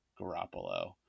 Garoppolo